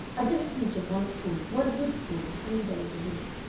i just teach in one school, one good school, three days a week.